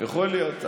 יכול להיות,